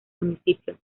municipio